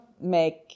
make